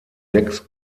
sechs